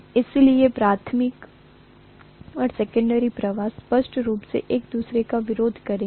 इसलिए प्राथमिक और सेकन्डेरी प्रवाह स्पष्ट रूप से एक दूसरे का विरोध करेंगे